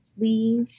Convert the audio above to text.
please